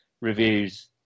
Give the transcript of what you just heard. reviews